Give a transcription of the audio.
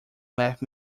left